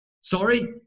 Sorry